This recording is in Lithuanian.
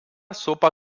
supa